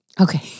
Okay